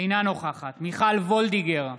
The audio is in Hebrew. אינה נוכחת מיכל וולדיגר,